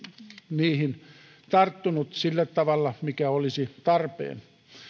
niihin tarttunut sillä tavalla mikä olisi tarpeen